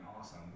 awesome